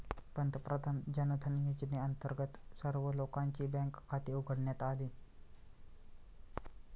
पंतप्रधान जनधन योजनेअंतर्गत सर्व लोकांची बँक खाती उघडण्यात आली